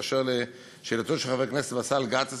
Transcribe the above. אשר לשאלתו של חבר הכנסת באסל גטאס,